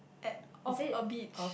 at of a beach